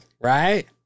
Right